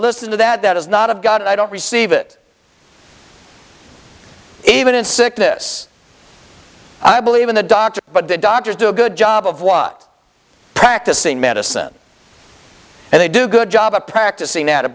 listen to that that is not of god and i don't receive it even in sick this i believe in the doctor but the doctors do a good job of what practicing medicine and they do good job of practicing at it